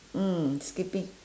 mm skipping